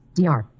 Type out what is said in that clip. Dr